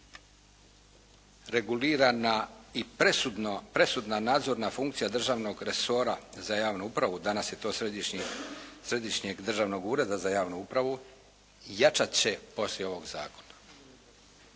regulirana i presudna nadzorna funkcija državnog resora za javnu upravu, danas je to Središnjeg državnog ureda za javnu upravu jačat će poslije ovog zakona.